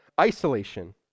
isolation